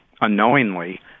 unknowingly